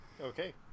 Okay